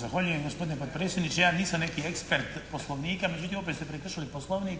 Zahvaljujem gospodine potpredsjedniče. Ja nisam neki ekspert Poslovnika, međutim opet ste prekršili Poslovnik,